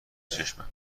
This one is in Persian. چشمم